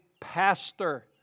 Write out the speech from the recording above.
pastor